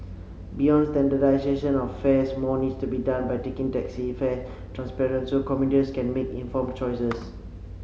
beyond standardization of fares more needs to be done by taking taxi fare transparent so commuters can make informed choices